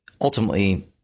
ultimately